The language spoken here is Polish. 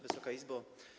Wysoka Izbo!